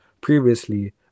previously